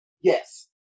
yes